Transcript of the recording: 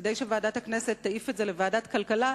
כדי שוועדת הכנסת תעיף את זה לוועדת הכלכלה,